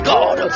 God